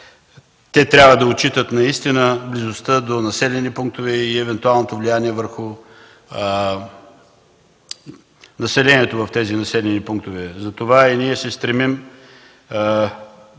те трябва да отчитат наистина близостта до населени пунктове и евентуалното влияние върху населението в тези населени пунктове. Затова и ние се стремим